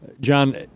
John